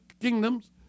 kingdoms